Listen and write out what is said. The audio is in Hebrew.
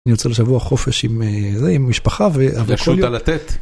אני יוצא לשבוע חופש עם משפחה